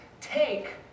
take